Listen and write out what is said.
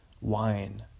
wine